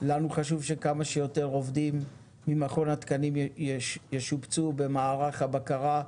לנו חשוב שכמה שיותר עובדים ממכון התקנים ישובצו במערך הבקרה,